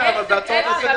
עסק-עסק.